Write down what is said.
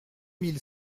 mille